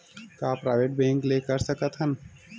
का private bank ले कर सकत हन?